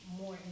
more